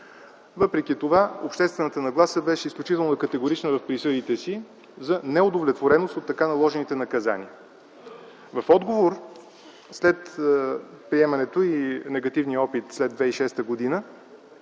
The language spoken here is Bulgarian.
Въпреки това обществената нагласа беше изключително категорична в присъдите си за неудовлетвореност от така наложените наказания. В отговор, след приемането и негативния опит след 2006 г.,